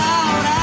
out